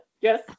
yes